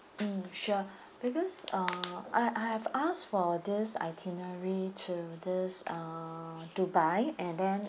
mm sure because uh I I have asked for this itinerary to this uh dubai and then